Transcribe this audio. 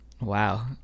wow